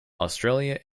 australia